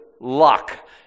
luck